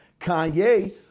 Kanye